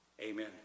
Amen